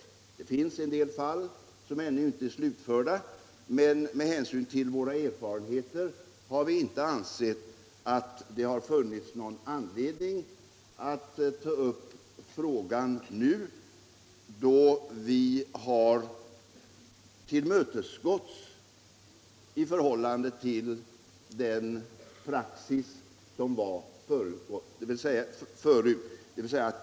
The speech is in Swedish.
Det finns en del fall som ännu inte är slutförda, men med hänsyn till våra erfarenheter har vi inte ansett att det har funnits någon anledning att ta upp frågan nu, då vi har tillmötesgåtts i förhållande till den praxis som tillämpades förut.